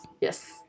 yes